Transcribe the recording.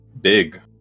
Big